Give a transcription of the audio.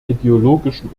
ideologischen